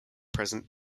present